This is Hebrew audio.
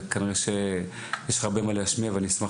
כנראה שיש לך הרבה מה להשמיע ואני אשמח